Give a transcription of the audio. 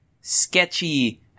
sketchy